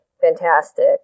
fantastic